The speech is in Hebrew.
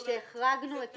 כשהחרגנו את